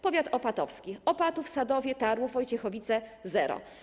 Powiat opatowski: Opatów, Sadowie, Tarłów, Wojciechowice - zero.